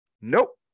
Nope